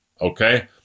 Okay